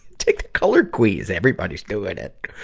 take a color queeze everybody's doing it!